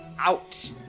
out